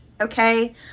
Okay